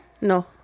No